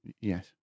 Yes